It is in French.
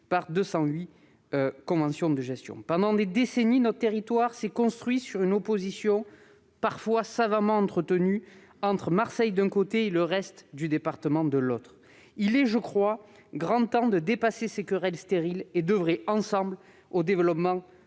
par 208 conventions de gestion. Pendant des décennies, notre territoire s'est construit sur une opposition parfois savamment entretenue entre Marseille, d'un côté, et le reste du département, de l'autre. Il est grand temps de dépasser ces querelles stériles et d'oeuvrer ensemble au développement